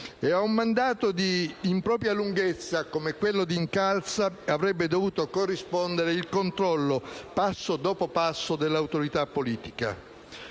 A un mandato di impropria lunghezza come quello di Incalza, avrebbe dovuto corrispondere il controllo, passo dopo passo, dell'autorità politica.